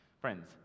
Friends